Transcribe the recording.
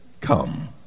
come